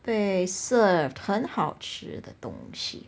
被 served 很好吃的东西